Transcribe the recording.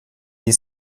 die